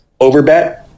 overbet